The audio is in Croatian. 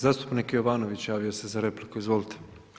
Zastupnik Jovanović javio se za repliku, izvolite.